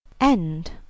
End